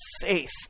faith